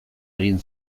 egin